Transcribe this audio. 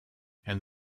and